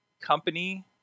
company